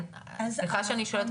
סליחה שאני שואלת,